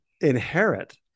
inherit